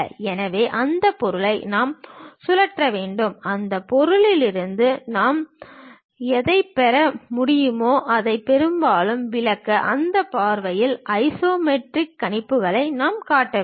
எனவே அந்த பொருளை நாம் சுழற்ற வேண்டும் அந்த பொருளிலிருந்து நாம் எதைப் பெற முடியுமோ அதை பெரும்பாலான விளக்கம் அந்த பார்வையில் இந்த ஐசோமெட்ரிக் கணிப்புகளை நாம் காட்ட வேண்டும்